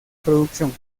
producción